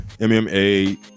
MMA